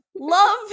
love